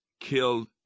killed